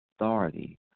authority